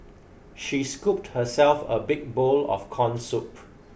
she scooped herself a big bowl of corn soup